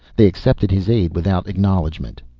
they accepted his aid without acknowledgment.